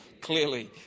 clearly